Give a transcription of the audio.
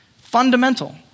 fundamental